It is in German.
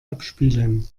abspielen